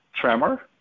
tremor